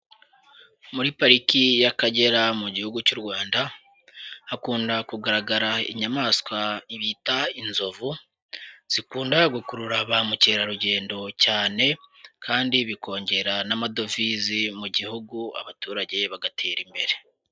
Muri pariki y'Akagera mu gihugu cy'u Rwanda, hakunda kugaragara inyamaswa bita inzovu, zikunda gukurura ba mukerarugendo cyane kandi bikongera n'amadovize mu gihugu abaturage bagatera imbere.